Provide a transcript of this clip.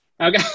Okay